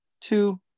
Two